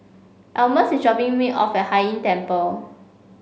Almus is dropping me off Hai Inn Temple